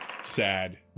sad